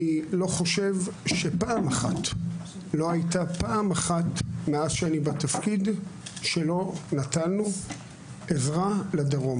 מאז שאני בתפקיד אני חושב שלא הייתה פעם אחת שלא נתנו עזרה לדרום.